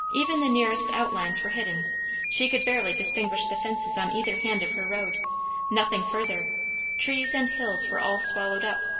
even the nearest outlines were hidden she could barely distinguish the fences on either hand of her road nothing further trees and hills were all swallowed up,